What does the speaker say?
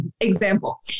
example